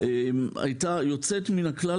הייתה יוצאת מן הכלל,